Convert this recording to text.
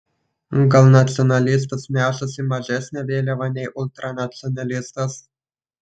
gal nacionalistas nešasi mažesnę vėliavą nei ultranacionalistas